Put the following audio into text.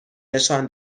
نشان